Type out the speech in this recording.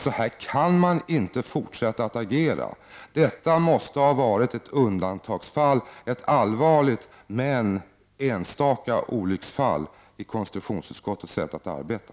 Så här kan man inte fortsätta att agera. Detta måste ha varit ett undantagsfall, ett allvarligt men enstaka olycksfall i konstitutionsutskottets sätt att arbeta.